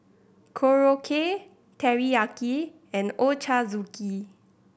Korokke Teriyaki and Ochazuke